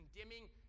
condemning